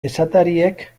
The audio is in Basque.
esatariek